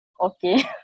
okay